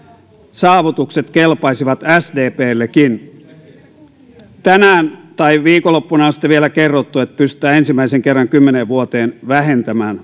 saavutukset kelpaisivat sdpllekin tänään tai viikonloppuna on sitten vielä kerrottu että pystytään ensimmäisen kerran kymmeneen vuoteen vähentämään